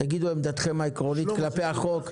תגידו את עמדתכם העקרונית כלפי החוק.